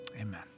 Amen